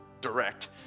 direct